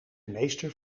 meester